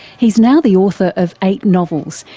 he's now the author of eight novels,